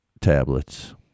tablets